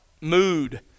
mood